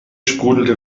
sprudelte